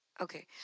Okay